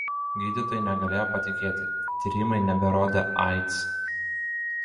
gydytojai negalėjo patikėti tyrimai neberodė aids